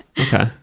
Okay